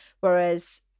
Whereas